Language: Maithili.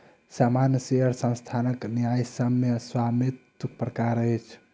सामान्य शेयर संस्थानक न्यायसम्य स्वामित्वक प्रकार अछि